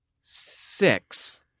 six